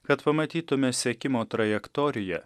kad pamatytumėme sekimo trajektoriją